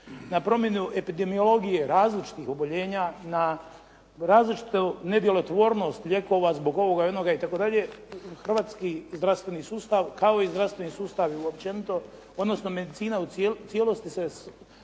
na promjenu epidemiologije različitih oboljenja, na različitu nedjelotvornost lijekova zbog ovoga i onoga itd. hrvatski zdravstveni sustav kao i zdravstveni sustavu općenito odnosno medicina u cijelosti se